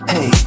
Hey